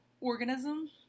organism